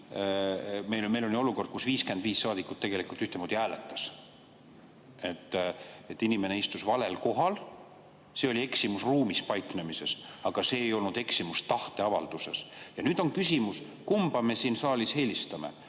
Meil on ju olukord, kus 55 saadikut tegelikult ühtemoodi hääletasid. Inimene istus valel kohal, see oli eksimus ruumis paiknemises, aga see ei olnud eksimus tahte avalduses. Nüüd on küsimus, kumba me siin saalis eelistame: